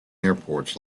airports